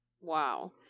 Wow